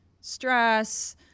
stress